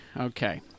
Okay